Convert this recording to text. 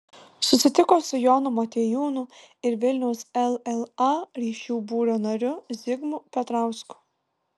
susitiko su jonu motiejūnu ir vilniaus lla ryšių būrio nariu zigmu petrausku